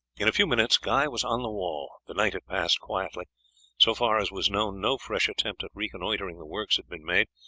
in a few minutes guy was on the wall. the night had passed quietly so far as was known no fresh attempt at reconnoitring the works had been made,